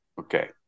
Okay